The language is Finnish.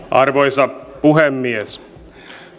arvoisa puhemies